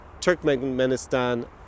Turkmenistan